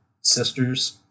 sisters